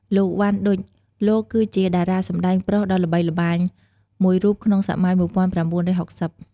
លោក វ៉ាន់ ឌុច លោកគឺជាតារាសម្តែងប្រុសដ៏ល្បីល្បាញមួយរូបក្នុងសម័យ ១៩៦០។